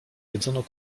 jedzono